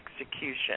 execution